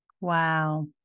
Wow